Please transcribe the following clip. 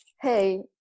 hey